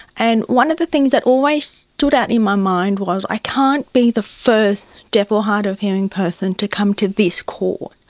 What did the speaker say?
and one of the things that always stood out in my mind was i can't be the first deaf or hard of hearing person to come to this court.